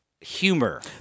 humor